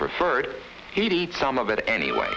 preferred he'd eat some of it anyway